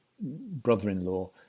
brother-in-law